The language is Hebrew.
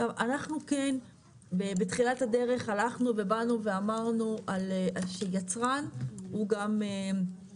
עכשיו אנחנו כן בתחילת הדרך הלכנו ובאנו ואמרנו על זה שיצרן הוא גם,